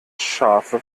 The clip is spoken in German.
schafe